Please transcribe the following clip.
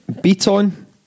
Beaton